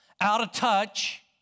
out-of-touch